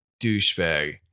douchebag